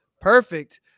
Perfect